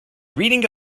reading